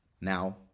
Now